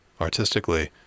artistically